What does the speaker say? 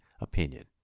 opinion